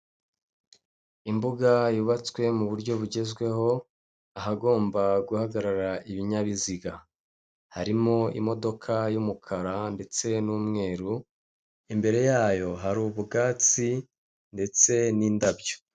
Imbuga yubatswe mu buryo bugezweho ahagomba guhagarara ibinyabiziga, harimo imodoka y'umukara ndetse n'umweru, imbere yayo hari ubwatsi ndetse n'indabyo.